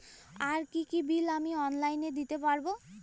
আর কি কি বিল আমি অনলাইনে দিতে পারবো?